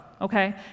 okay